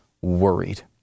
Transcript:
worried